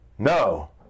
No